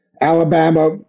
Alabama